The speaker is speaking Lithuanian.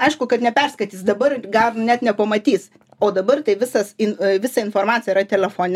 aišku kad neperskaitys dabar ir gal net nepamatys o dabar tai visas in visa informacija yra telefone